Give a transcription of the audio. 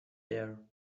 there